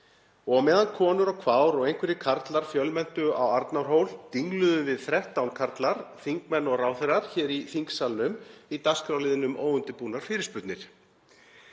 Og á meðan konur og kvár og einhverjir karlar fjölmenntu á Arnarhól dingluðum við þrettán karlar, þingmenn og ráðherrar, hér í þingsalnum í dagskrárliðnum óundirbúnum fyrirspurnum.